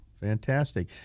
fantastic